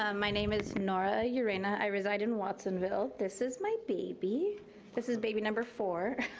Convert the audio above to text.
um my name is nora yeah urena. i reside in watsonville, this is my baby. this is baby number four,